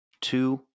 two